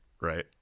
right